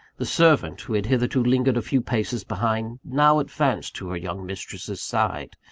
the servant, who had hitherto lingered a few paces behind, now advanced to her young mistress's side,